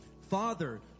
Father